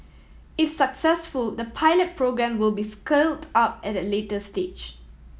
if successful the pilot programme will be scaled up at a later stage